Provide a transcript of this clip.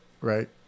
right